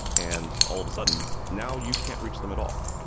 and all of a sudden, now you can't reach them at all.